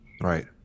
Right